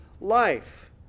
life